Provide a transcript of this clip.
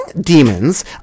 Demons